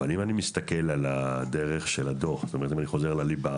אבל אם אני מסתכל על הדרך של הדוח אני חוזר לליבה